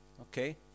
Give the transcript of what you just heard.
Okay